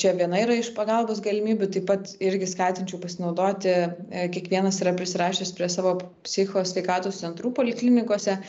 čia viena yra iš pagalbos galimybių taip pat irgi skatinčiau pasinaudoti kiekvienas yra prisirašęs prie savo psicho sveikatos centrų poliklinikose